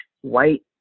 white